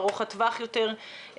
ארוך הטווח יותר.